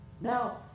Now